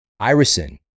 Irisin